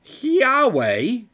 Yahweh